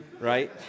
right